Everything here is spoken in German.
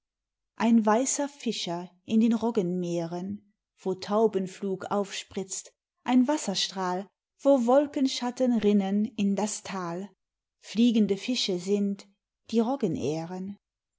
ein weißer fischer in den roggenmeeren wo taubenflug aufspritzt ein wasserstrahl wo wolkenschatten rinnen in das tal fliegende fische sind die